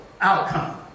outcome